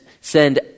send